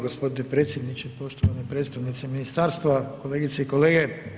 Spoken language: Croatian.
Gospodine predsjedniče, poštovani predstavnici ministarstva, kolegice i kolege.